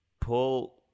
pull